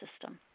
system